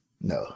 No